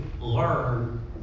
learn